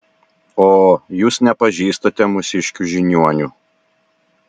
o jūs nepažįstate mūsiškių žiniuonių